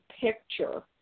picture